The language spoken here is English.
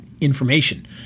information